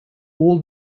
all